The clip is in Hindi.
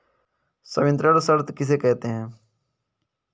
संवितरण शर्त किसे कहते हैं?